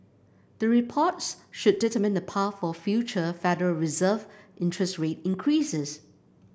the reports should determine the path for future Federal Reserve interest rate increases